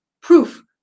proof